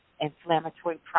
inflammatory